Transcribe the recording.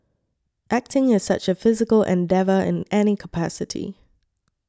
acting is such a physical endeavour in any capacity